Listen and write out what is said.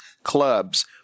Clubs